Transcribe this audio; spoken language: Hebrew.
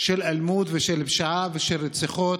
של אלימות, של פשיעה ושל רציחות.